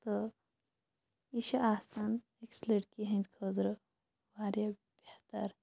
تہٕ یہِ چھِ آسان أکِس لٔڑکی ہِںٛدۍ خٲطرٕ واریاہ بہتر